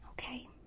Okay